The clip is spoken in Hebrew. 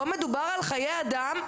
פה מדובר על חיי אדם,